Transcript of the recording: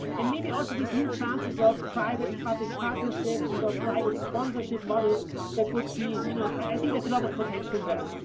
and maybe also these new chances of private-public partnerships, so private sponsorship models that could be, you know, i think there's a lot of potential in that.